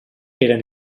eren